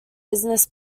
business